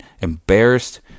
embarrassed